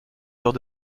heure